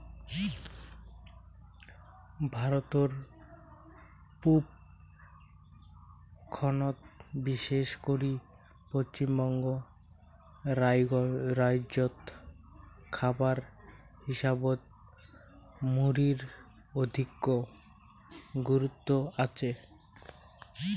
ভারতর পুব খণ্ডত বিশেষ করি পশ্চিমবঙ্গ রাইজ্যত খাবার হিসাবত মুড়ির অধিকো গুরুত্ব আচে